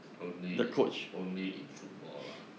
only in only in football lah